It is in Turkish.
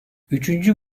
üçüncü